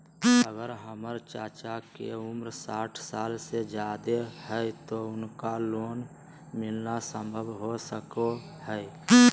अगर हमर चाचा के उम्र साठ साल से जादे हइ तो उनका लोन मिलना संभव हो सको हइ?